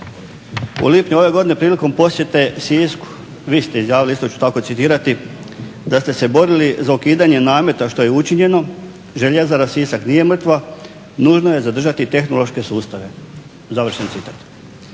U lipnju ove godine prilikom posjete Sisku vi ste izjavili, isto ću tako citirati: "da ste se borili za ukidanje nameta što je učinjeno, Željezara Sisak nije mrtva, nužno je zadržati tehnološke sustave.".